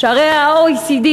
שהרי ה-OECD,